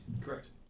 Correct